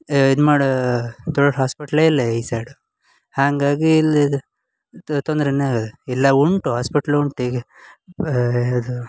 ಏ ಇದು ಮಾಡಿ ದೊಡ್ಡ ಹಾಸ್ಪಿಟ್ಲೆ ಇಲ್ಲ ಈ ಸೈಡು ಹಾಗಾಗಿ ಇಲ್ಲ ಇದು ತೊಂದ್ರೆಯೇ ಆಗಿದೆ ಇಲ್ಲ ಉಂಟು ಹಾಸ್ಪಿಟ್ಲ್ ಉಂಟು ಈಗ ಇದು